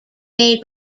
made